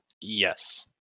Yes